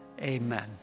Amen